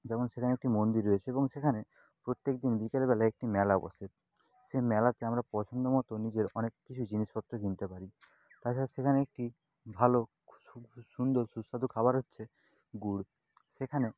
যেমন সেখানে একটি মন্দির রয়েছে এবং সেখানে প্রত্যেক দিন বিকালবেলা একটি মেলা বসে সেই মেলাতে আমরা পছন্দ মতো নিজের অনেক কিছু জিনিসপত্র কিনতে পারি তাছাড়া সেখানে একটি ভালো সুন্দর সুস্বাদু খাবার হচ্ছে গুড় সেখানেও